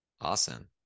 Awesome